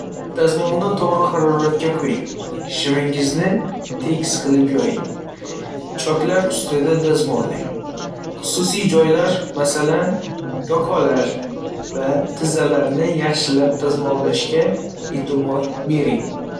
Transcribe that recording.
Dazmolni to'g'ri haroratga qo'ying. Shimingizni tekis qilib yoying, choklar ustida dazmollang. Xususiy joylar, masalan, yoqalar va tizzalarni yaxshilab dazmollashga e'tibor bering.